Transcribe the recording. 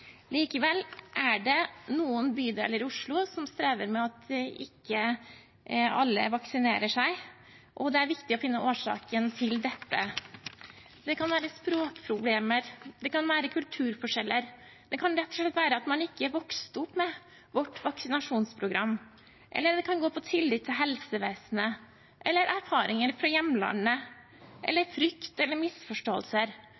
Likevel er det noen bydeler i Oslo som strever med at ikke alle vaksinerer seg, og det er viktig å finne årsaken til dette. Det kan være språkproblemer, det kan være kulturforskjeller, det kan rett og slett være at man ikke vokste opp med vårt vaksinasjonsprogram, eller det kan gå på tillit til helsevesenet, eller erfaringer fra hjemlandet,